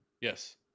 Yes